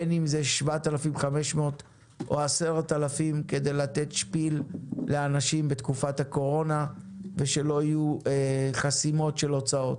בין אם זה 7,500 או 10,000 כדי שלא יהיו חסימות של הוצאות.